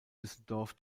düsseldorf